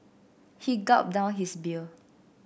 he gulped down his beer